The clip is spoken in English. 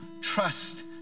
trust